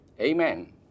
Amen